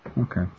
Okay